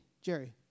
Jerry